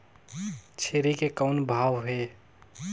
छेरी के कौन भाव हे?